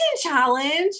challenge